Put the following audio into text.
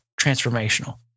transformational